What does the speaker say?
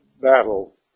battle